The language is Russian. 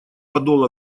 подол